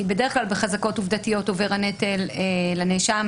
בדרך כלל בחזקות עובדתיות עובר הנטל לנאשם